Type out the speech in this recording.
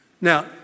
Now